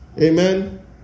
Amen